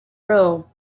row